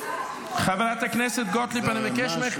חברת הכנסת גוטליב, אני מבקש ממך.